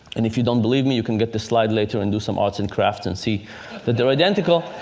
and if you don't believe me, you can get the slide later and do some arts and crafts and see that they're identical.